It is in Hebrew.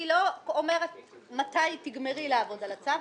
אני לא אומרת מתי תגמרי לעבוד על הצו,